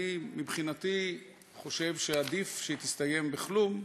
אני, מבחינתי, חושב שעדיף שהיא תסתיים בלא כלום,